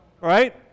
right